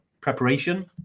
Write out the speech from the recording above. preparation